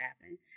happen